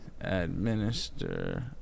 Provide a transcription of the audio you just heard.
Administer